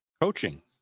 coaching